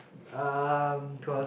um cause